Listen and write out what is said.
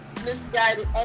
misguided